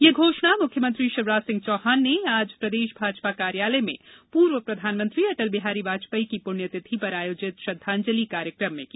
यह घोषणा मुख्यमंत्री शिवराज सिंह चौहान ने आज प्रदेश भाजपा कार्यालय में पूर्व प्रधानमंत्री अटल बिहारी वाजपेई की पुण्यतिथि पर आयोजित श्रद्दांजलि कार्यक्रम में की